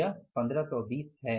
यह 1520 है